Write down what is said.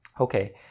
Okay